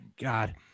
God